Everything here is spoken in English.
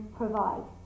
provide